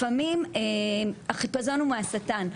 לפעמים החיפזון הוא מהשטן.